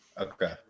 Okay